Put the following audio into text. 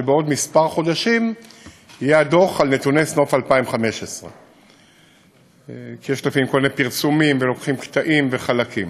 ובעוד כמה חודשים יהיה הדוח על נתוני סוף 2015. יש כל מיני פרסומים ולוקחים קטעים וחלקים.